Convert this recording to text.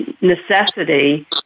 necessity